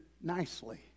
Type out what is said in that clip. nicely